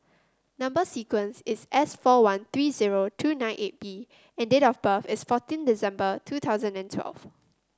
number sequence is S four one three zero two nine eight B and date of birth is fourteen December two thousand and twelve